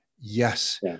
Yes